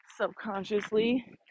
subconsciously